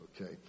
okay